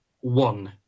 one